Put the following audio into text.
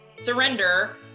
Surrender